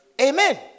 Amen